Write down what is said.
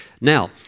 Now